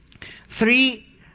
Three